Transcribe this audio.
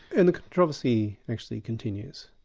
and the controversy actually continues.